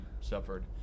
suffered